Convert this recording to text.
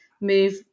move